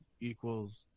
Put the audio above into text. equals